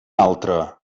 altre